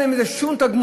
אין להם מזה שום תגמולים,